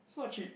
it's not cheap